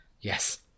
Yes